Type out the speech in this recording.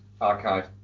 Archive